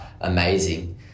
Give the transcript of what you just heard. amazing